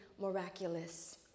miraculous